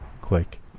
Click